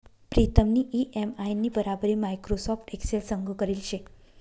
प्रीतमनी इ.एम.आय नी बराबरी माइक्रोसॉफ्ट एक्सेल संग करेल शे